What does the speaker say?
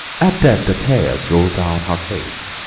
at that the tears rolled down her face,